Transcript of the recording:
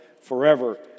forever